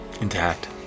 Intact